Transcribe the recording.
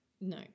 No